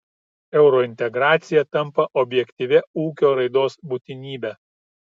eurointegracija tampa objektyvia ūkio raidos būtinybe